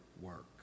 work